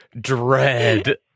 dread